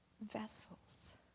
vessels